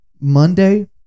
Monday